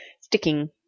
sticking